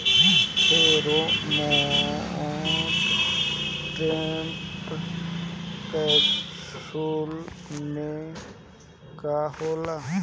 Pheromone trap capsule में का होला?